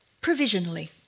provisionally